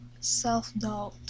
self-doubt